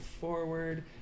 forward